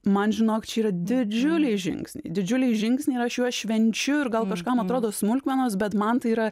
man žinok čia yra didžiuliai žingsniai didžiuliai žingsniai ir aš juos švenčiu ir gal kažkam atrodo smulkmenos bet man tai yra